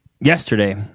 yesterday